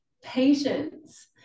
patience